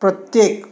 प्रत्येक